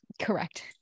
Correct